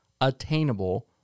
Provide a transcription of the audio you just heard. attainable